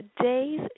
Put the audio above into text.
Today's